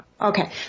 Okay